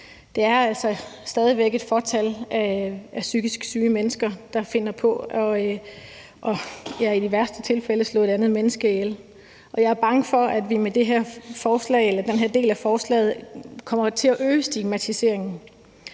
altså stadig væk et fåtal af psykisk syge mennesker, der finder på, ja, i værste tilfælde at slå et andet menneske ihjel, og jeg er bange for, at vi med den del af forslaget kommer til at øge stigmatiseringen.